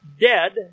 dead